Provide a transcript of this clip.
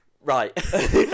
right